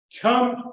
come